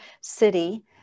city